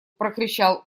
прокричал